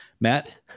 Matt